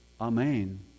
amen